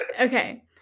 Okay